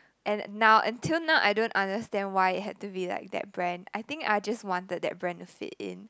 and now until now I don't understand why it had to be like that brand I think I just wanted that brand to fit in